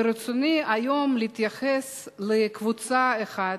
היום ברצוני להתייחס לקבוצה אחת,